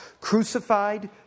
crucified